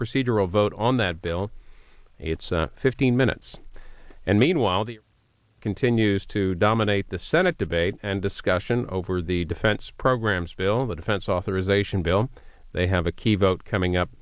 procedural vote on that bill it's fifteen minutes and meanwhile the continues to dominate the senate debate and discussion over the defense programs bill the defense authorization bill they have a